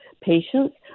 patients